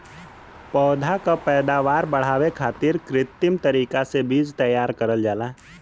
पौधा क पैदावार बढ़ावे खातिर कृत्रिम तरीका से बीज तैयार करल जाला